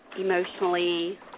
emotionally